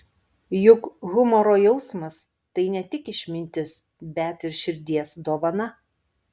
juk humoro jausmas tai ne tik išmintis bet ir širdies dovana